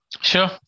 Sure